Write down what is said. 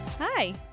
Hi